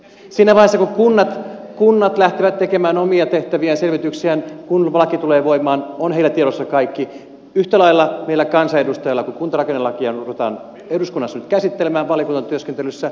siinä vaiheessa kun kunnat lähtevät tekemään omia tehtäviään selvityksiään kun laki tulee voimaan on heillä tiedossa kaikki yhtä lailla meillä kansanedustajilla kun kuntarakennelakia ruvetaan eduskunnassa nyt käsittelemään valiokuntatyöskentelyssä